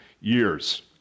years